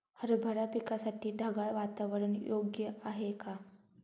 हरभरा पिकासाठी ढगाळ वातावरण योग्य आहे का?